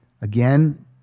Again